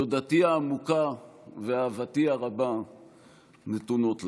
תודתי העמוקה ואהבתי הרבה נתונות להם.